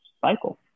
cycle